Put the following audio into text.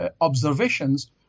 observations